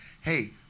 hey